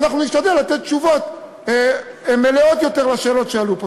ואנחנו נשתדל לתת תשובות מלאות יותר לשאלות שעלו פה.